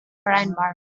vereinbar